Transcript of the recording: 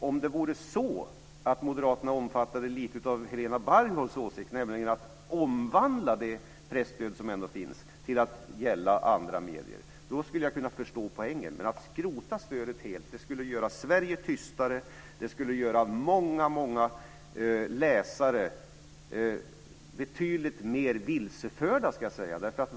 Om det vore så att Moderaterna omfattade lite av Helena Bargholtz åsikt, nämligen att man kunde omvandla det presstöd som ändå finns till att gälla andra medier, skulle jag kunna förstå poängen. Men att skrota stödet helt skulle göra Sverige tystare. Det skulle göra många läsare betydligt mer vilseförda, skulle jag vilja säga.